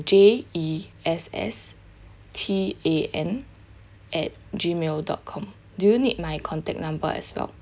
J E S S T A N at gmail dot com do you need my contact number as well